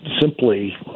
simply